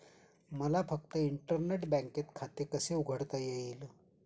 मला फक्त इंटरनेट बँकेत खाते कसे उघडता येईल?